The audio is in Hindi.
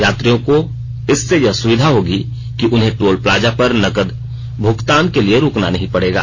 यात्रियों को इससे यह सुविधा होगी कि उन्हें टोल प्लाजा पर नकद भुगतान के लिए रूकना नहीं पड़ेगा